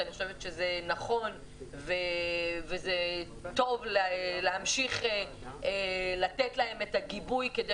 אני חושבת שזה נכון ושזה טוב להמשיך לתת לה את הגיבוי כדי